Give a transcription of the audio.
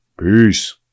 Peace